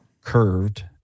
Curved